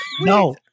No